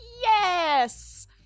Yes